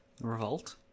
Revolt